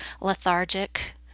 lethargic